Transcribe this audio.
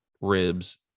ribs